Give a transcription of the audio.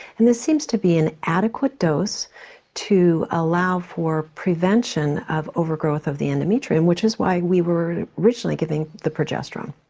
and it seems to be an adequate dose to allow for prevention of overgrowth of the endometrium which is why we were originally giving the progesterone.